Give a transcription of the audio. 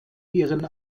ihren